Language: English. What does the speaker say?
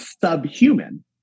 subhuman